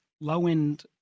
low-end